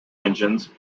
engines